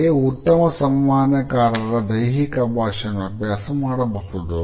ಹಾಗೆಯೇ ಉತ್ತಮ ಸಂವಹನಕಾರರ ದೈಹಿಕ ಭಾಷೆಯನ್ನು ಅಭ್ಯಾಸ ಮಾಡಬಹುದು